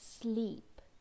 sleep